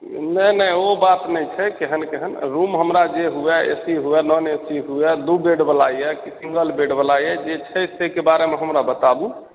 नहि नहि ओ बात नहि छै केहन केहन रूम हमरा जे हुए एसी हुए नॉन एसी हुए दू बेड बला यऽ कि सिंगल बेड बला यऽ जे छै ताहिके बारेमे हमरा बताबु